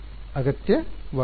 ವಿದ್ಯಾರ್ಥಿ ಸಮಯ ನೋಡಿ 0725